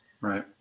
Right